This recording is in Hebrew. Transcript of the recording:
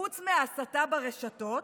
חוץ מאותה הסתה ברשתות?